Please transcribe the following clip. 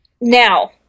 Now